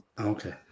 Okay